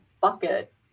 bucket